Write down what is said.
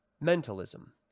Mentalism